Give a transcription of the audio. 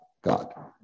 God